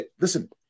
Listen